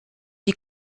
die